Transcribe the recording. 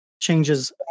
changes